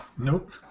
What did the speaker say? Nope